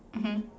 mmhmm